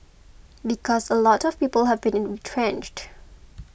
because a lot of people have been retrenched